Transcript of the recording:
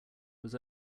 was